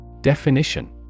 Definition